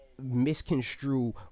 misconstrue